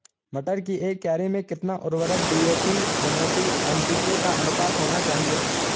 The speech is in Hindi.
मटर की एक क्यारी में कितना उर्वरक डी.ए.पी एम.ओ.पी एन.पी.के का अनुपात होना चाहिए?